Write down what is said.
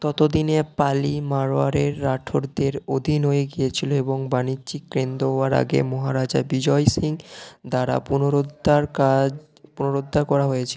ততোদিনে পালি মারওয়াড়ের রাঠোরদের অধীন হয়ে গিয়েছিল এবং বাণিজ্যিক কেন্দ্র হওয়ার আগে মহারাজা বিজয় সিং দ্বারা পুনরুদ্ধার কাজ পুনরুদ্ধার করা হয়েছিল